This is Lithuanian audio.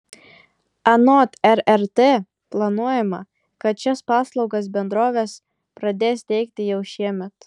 anot rrt planuojama kad šias paslaugas bendrovės pradės teikti jau šiemet